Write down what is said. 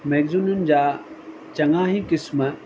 मैगज़ीनियुनि जा चङा ई क़िस्म